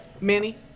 Manny